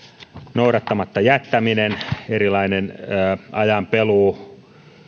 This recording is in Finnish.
noudattamatta jättäminen erilainen ajanpeluu